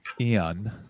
Ian